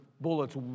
bullets